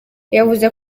yavuze